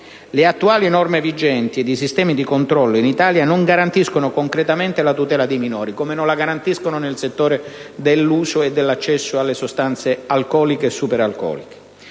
le attuali norme vigenti ed i sistemi di controllo, in Italia, non garantiscono concretamente la tutela dei minori» - come non la garantiscono nel settore dell'uso e dell'accesso alle sostanze alcoliche e superalcoliche